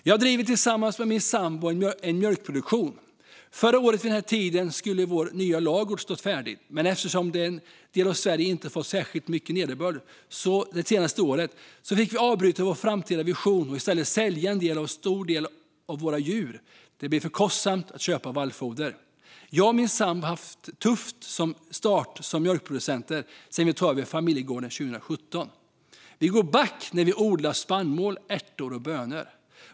Jag driver tillsammans med min sambo en mjölkproduktion. Förra året vid den här tiden skulle vår nya ladugård stått färdig. Men eftersom vår del av Sverige inte fått särskilt mycket nederbörd de senaste åren så fick vi avbryta vår framtida vision och i stället sälja av en stor del av våra djur. Det blir för kostsamt att köpa in vallfoder. Jag och min sambo har haft en tuff start som mjölkproducenter sen vi tog över familjegården 2017. Vi går back när vi odlar spannmål, ärtor och bönor.